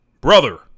brother